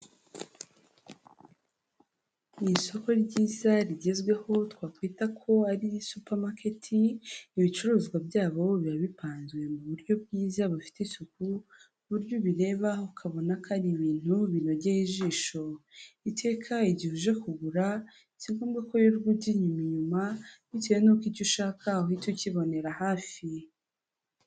Mu isoko ryiza rigezweho, twakwita ko ari supamaketi, ibicuruzwa byabo biba bipanzwe mu buryo bwiza bufite isuku, ku buryo ubireba ukabona ko ari ibintu binogeye ijisho, iteka igihe uje kugura si ngombwa ko wirirwa ujya inyuma inyuma, bitewe n'uko icyo ushaka uhita ukibonera hafi.